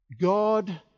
God